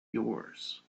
yours